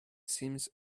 seems